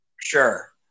sure